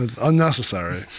Unnecessary